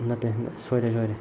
ꯅꯠꯇꯦ ꯁꯣꯏꯔꯦ ꯁꯣꯏꯔꯦ